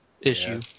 issue